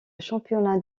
championnat